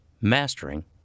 mastering